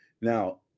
Now